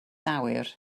awyr